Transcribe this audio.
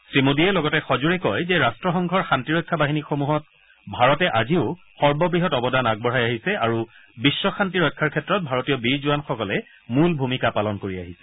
শ্ৰীমোদীয়ে লগতে সজোৰে কয় যে ৰাট্টসংঘৰ শান্তিৰক্ষা বাহিনীসমূহত ভাৰতে আজিও সৰ্ববৃহৎ অৱদান আগবঢ়াই আহিছে আৰু বিশ্বশান্তি ৰক্ষাৰ ক্ষেত্ৰত ভাৰতীয় বীৰ জোৱানসকলে মূল ভুমিকা পালন কৰি আহিছে